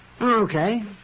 Okay